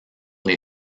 les